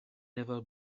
never